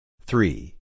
Three